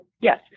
Yes